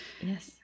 Yes